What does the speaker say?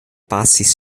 pasis